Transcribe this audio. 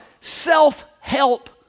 self-help